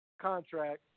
contract